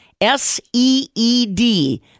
S-E-E-D